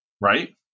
Right